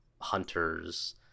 hunters